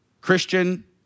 Christian